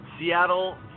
Seattle